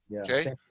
Okay